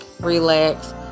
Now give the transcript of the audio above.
relax